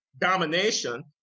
domination